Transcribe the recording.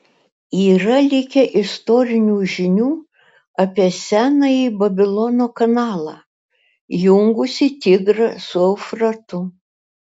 yra likę istorinių žinių apie senąjį babilono kanalą jungusį tigrą su eufratu